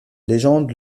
légende